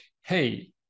hey